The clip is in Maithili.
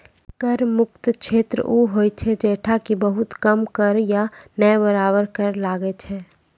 कर मुक्त क्षेत्र उ होय छै जैठां कि बहुत कम कर या नै बराबर कर लागै छै